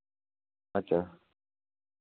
अच्छा